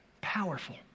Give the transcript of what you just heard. Powerful